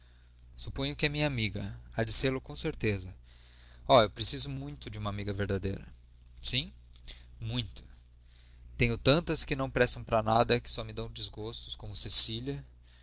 suponho que é minha amiga há de sê-lo com certeza oh eu preciso muito de uma amiga verdadeira sim muito tenho tantas que não prestam para nada e só me dão desgostos como cecília